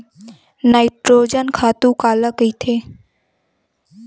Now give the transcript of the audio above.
Nitrogen खातु काला कहिथे?